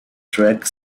track